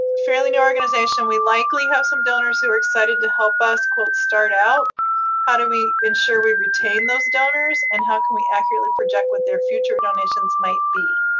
fairly new organization, we likely have some donors who are excited to help us, quote, start out how do we ensure we retain those donors? and how can we accurately project what their future donations might be?